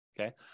okay